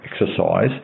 exercise